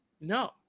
No